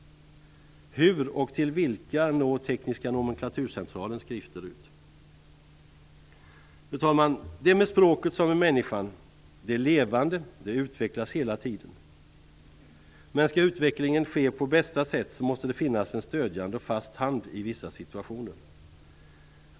Hur och till vilka når Tekniska nomenklaturcentralens skrifter ut? Fru talman! Det är med språket som med människan. Det är levande, det utvecklas hela tiden. Men skall utvecklingen ske på bästa sätt, måste det finnas en stödjande och fast hand i vissa situationer.